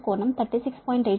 870 4